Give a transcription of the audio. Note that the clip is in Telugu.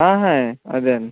అదే అండి